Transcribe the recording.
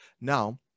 Now